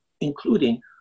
including